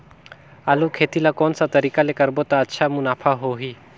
आलू खेती ला कोन सा तरीका ले करबो त अच्छा मुनाफा होही?